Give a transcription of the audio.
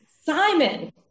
Simon